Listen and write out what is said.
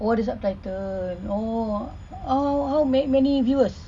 orh the subtitle orh how how many viewers